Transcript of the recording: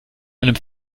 einem